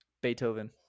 Beethoven